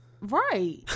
Right